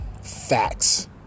Facts